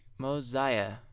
Mosiah